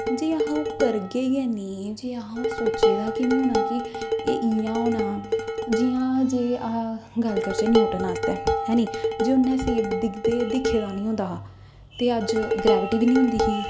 जे अस ओह् करगे गै नेईं जे असें ओह् सोचे दा गै निं होना कि इ'यां होना जि'यां जे अह् गल्ल करचै न्यूटन आस्तै ऐनी जे उ'नें सेब दिक्खे दा निं होंदा ते अज्ज ग्रैविटी बी निं होंदी ही